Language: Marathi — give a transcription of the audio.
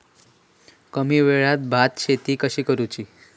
कमी वेळात भात शेती कशी करुची?